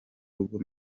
rugo